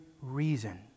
reason